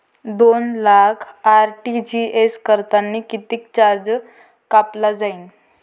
दोन लाख आर.टी.जी.एस करतांनी कितीक चार्ज कापला जाईन?